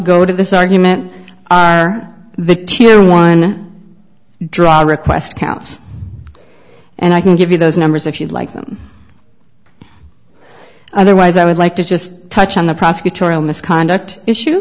go to this argument are the tier one drawing request counts and i can give you those numbers if you'd like them otherwise i would like to just touch on a prosecutorial misconduct issue